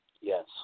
Yes